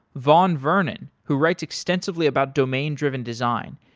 vaugn vernon who writes extensively about domain driven design,